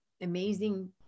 amazing